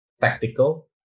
tactical